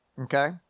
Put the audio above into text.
Okay